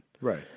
Right